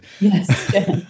Yes